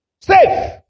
Safe